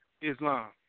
Islam